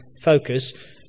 focus